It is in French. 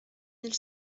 mille